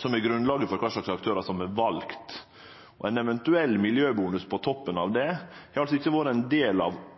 som er grunnlaget for kva slags aktørar som er valde. Ein eventuell miljøbonus på toppen av det har altså ikkje vore ein del av